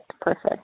Perfect